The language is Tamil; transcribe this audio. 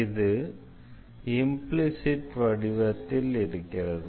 இது இம்ப்ளிசிட் வடிவத்தில் இருக்கிறது